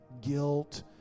guilt